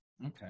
Okay